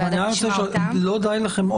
אז אני רק רוצה לשאול: שלא די לכם,